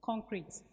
Concrete